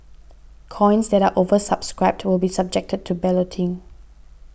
coins that are oversubscribed will be subjected to balloting